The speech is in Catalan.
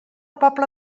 pobla